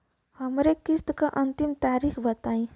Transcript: हमरे किस्त क अंतिम तारीख बताईं?